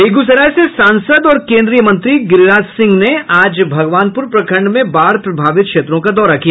बेगूसराय से सांसद और केन्द्रीय मंत्री गिरिराज सिंह ने आज भगवानपूर प्रखंड में बाढ़ प्रभावित क्षेत्रों का दौरा किया